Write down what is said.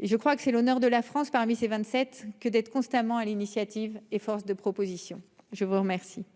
Je crois que c'est l'honneur de la France. Parmi ses 27 que d'être constamment à l'initiative et force de proposition, je vous remercie.